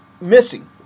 missing